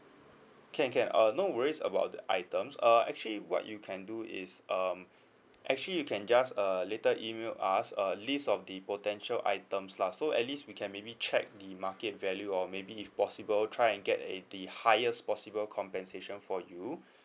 can can uh no worries about the items uh actually what you can do is um actually you can just err later email us a list of the potential items lah so at least we can maybe check the market value or maybe if possible try and get at the highest possible compensation for you